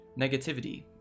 negativity